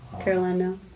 Carolina